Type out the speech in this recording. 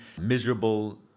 miserable